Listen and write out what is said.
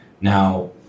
Now